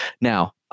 Now